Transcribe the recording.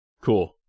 cool